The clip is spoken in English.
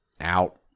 out